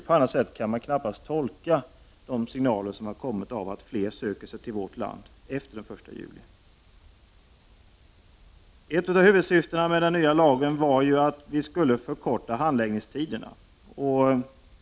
På annat sätt kan man knappast tolka signalen att fler nu söker sig till vårt land. Ett av huvudsyftena med den nya lagen var att förkorta handläggningstiderna.